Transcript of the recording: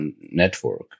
network